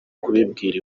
kubibwira